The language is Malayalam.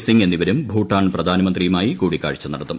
സിങ് എന്നിവരും ഭൂട്ടാൻ പ്രധാനമന്ത്രിയുമായി കൂടിക്കാഴ്ച നടത്തും